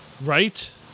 Right